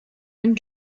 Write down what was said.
and